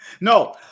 No